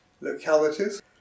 localities